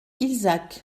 illzach